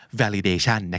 validation